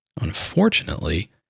Unfortunately